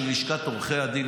של לשכת עורכי הדין,